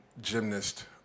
gymnast